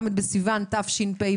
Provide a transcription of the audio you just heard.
ל' בסיון תשפ"ב.